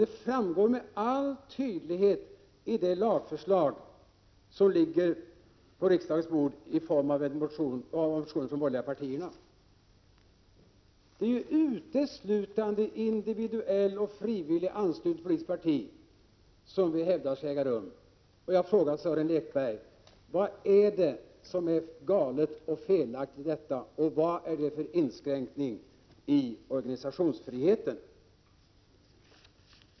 Det framgår med all tydlighet i det lagförslag som ligger på riksdagens bord och som utarbetats med anledning av motioner från de borgerliga partierna. Det är således uteslutande en individuell och frivillig anslutning till ett politiskt parti som vi vill ha. Jag frågar Sören Lekberg: Vad är det för fel med det kravet? På vilket sätt skulle det innebära en inskränkning av organisationsfriheten?